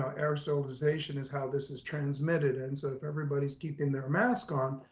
ah aerosolization is how this is transmitted. and so if everybody's keeping their mask on,